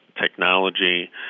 technology